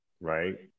right